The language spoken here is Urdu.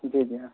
جی جی ہاں